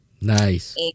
Nice